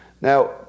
Now